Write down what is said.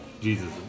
Jesus